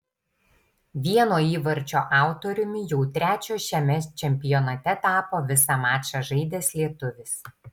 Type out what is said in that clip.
vieno įvarčio autoriumi jau trečio šiame čempionate tapo visą mačą žaidęs lietuvis